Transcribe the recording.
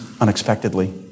unexpectedly